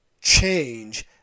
change